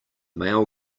mail